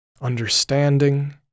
Understanding